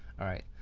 alright.